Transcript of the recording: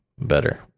better